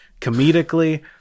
comedically